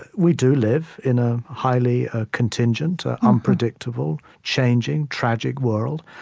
we do live in a highly ah contingent, unpredictable, changing, tragic world,